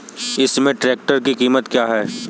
इस समय ट्रैक्टर की कीमत क्या है?